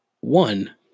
one